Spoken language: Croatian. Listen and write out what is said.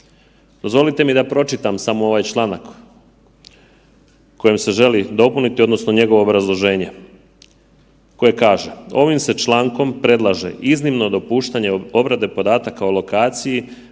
Dozvolite mi da pročitam samo ovaj članak kojim se želi dopuniti odnosno njegovo obrazloženje koje kaže, ovim se člankom predlaže iznimno dopuštanje obrade podataka o lokaciji